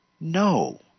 No